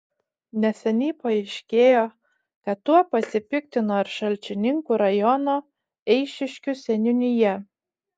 neseniai paaiškėjo kad tuo pasipiktino ir šalčininkų rajono eišiškių seniūnija